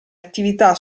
attività